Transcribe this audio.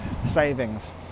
savings